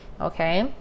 okay